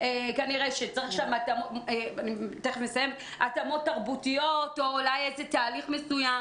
כנראה שצריך שם התאמות תרבותיות או תהליך מסוים.